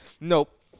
Nope